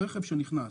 רכב שנכנס